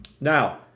now